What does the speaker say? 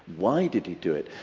why did he do it?